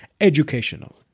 educational